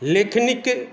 लेखनीक